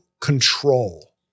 control